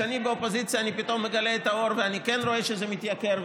כשאני באופוזיציה אני פתאום מגלה את האור ואני כן רואה שזה מתייקר,